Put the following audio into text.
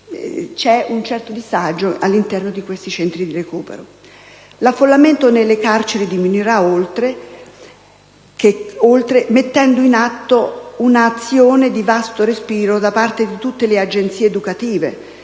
c'è un certo disagio all'interno dei centri di recupero. L'affollamento delle carceri diminuirà oltremodo mettendo in atto un'azione di vasto respiro da parte di tutte le agenzie educative,